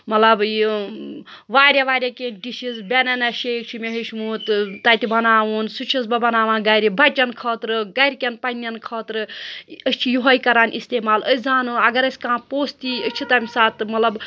مطلب یہِ واریاہ واریاہ کینٛہہ ڈِشِز بٮ۪نَنا شیک چھِ مےٚ ہیٚچھمُت تہٕ تَتہِ بَناوُن سُہ چھَس بہٕ بَناوان گَرِ بَچَن خٲطرٕ گَرِکٮ۪ن پنٛنٮ۪ن خٲطرٕ أسۍ چھِ یِہوٚے کَران اِستعمال أسۍ زانو نہٕ اَگر اَسہِ کانٛہہ پوٚزھ تہِ یی أسۍ چھِ تَمہِ ساتہٕ مطلب